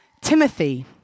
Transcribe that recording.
Timothy